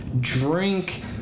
drink